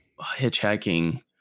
hitchhiking